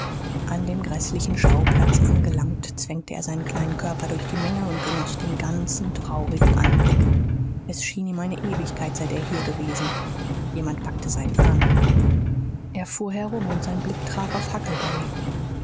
an dem gräßlichen schauplatz angelangt zwängte er seinen kleinen körper durch die menge und genoß den ganzen traurigen anblick es schien ihm eine ewigkeit seit er hier gewesen jemand packte seinen arm er fuhr herum und sein blick traf auf huckleberry